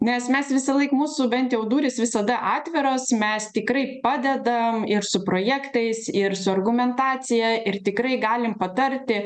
nes mes visąlaik mūsų bent jau durys visada atviros mes tikrai padedam ir su projektais ir su argumentacija ir tikrai galim patarti